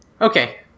Okay